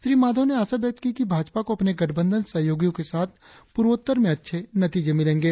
श्री माधव ने आशा व्यक्त की कि भाजपा को अपने गठबंधन सहयोगियो के साथ पूर्वोत्तर में अच्छे नतीजे मिलेंगे